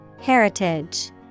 heritage